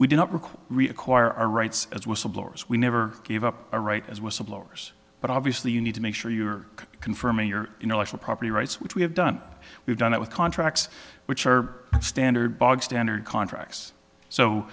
require require our rights as whistleblowers we never give up a right as whistleblowers but obviously you need to make sure you are confirming your intellectual property rights which we have done we've done it with contracts which are standard bog standard contracts so